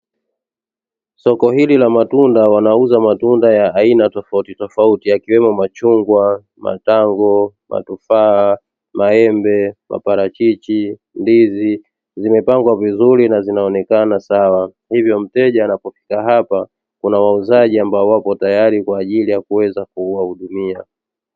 Soko hili la matunda wanauza matunda ya aina tofautitofauti, yakiwemo: machungwa, matango, matofaa, maembe, maparachichi, ndizi; zimepangwa vizuri na zinaonekana sawa hivyo mteja anapofika hapa kuna wauzaji ambao wapo tayari kwa ajili ya kuweza kuwahudumia.